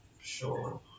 Sure